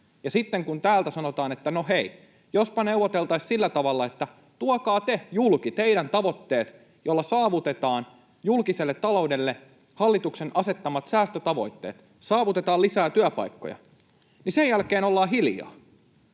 sitten kun täältä sanotaan, että no hei, jospa neuvoteltaisiin sillä tavalla, että tuokaa te julki teidän tavoitteet, joilla saavutetaan julkiselle taloudelle hallituksen asettamat säästötavoitteet, saavutetaan lisää työpaikkoja, niin sen jälkeen ollaan hiljaa,